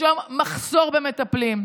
אתה צריך להוריד לו מחסומים.